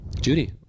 Judy